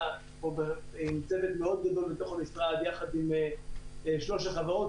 עם צוות מאוד גדול בתוך המשרד יחד עם שלוש החברות,